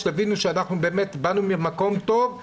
שתבינו שאנחנו באמת באנו ממקום טוב,